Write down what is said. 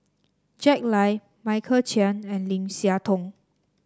Jack Lai Michael Chiang and Lim Siah Tong